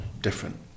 different